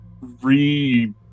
re